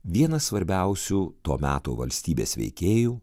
vienas svarbiausių to meto valstybės veikėjų